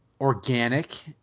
organic